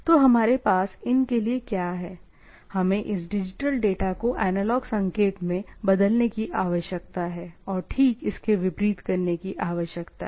तो हमारे पास इन के लिए क्या है हमें इस डिजिटल डेटा को एनालॉग संकेत में बदलने की आवश्यकता है और ठीक इसके विपरीत करने की आवश्यकता है